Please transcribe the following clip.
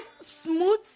smooth